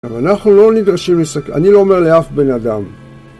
אבל אנחנו לא נדרשים לסכ... אני לא אומר לאף בן אדם